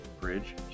Bridge